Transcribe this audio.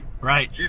Right